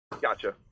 Gotcha